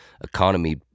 economy